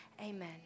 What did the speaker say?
amen